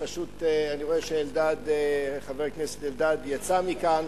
אני רואה שחבר הכנסת אלדד יצא מכאן,